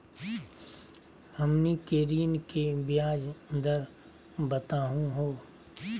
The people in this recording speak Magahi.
हमनी के ऋण के ब्याज दर बताहु हो?